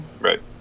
Right